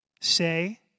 say